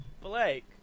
Blake